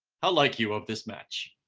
how like you of this match?